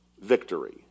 victory